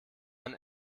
man